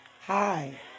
Hi